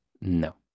No